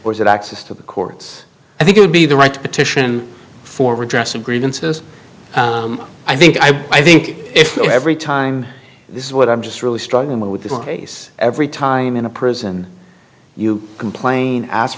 that access to the courts i think would be the right to petition for redress of grievances i think i think if every time this is what i'm just really struggling with this case every time in a prison you complain ask